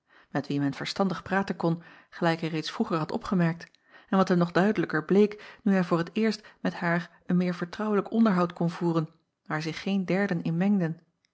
met wie men verstandig praten kon gelijk hij reeds vroeger had opgemerkt en wat hem nog duidelijker bleek nu hij voor t eerst met haar een meer vertrouwelijk onderhoud kon voeren waar zich geen derden in mengden